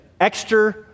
extra